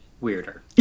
weirder